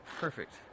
Perfect